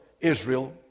Israel